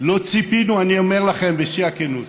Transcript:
לא ציפינו, אני אומר לכם בשיא הכנות